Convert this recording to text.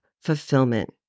fulfillment